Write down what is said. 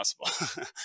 possible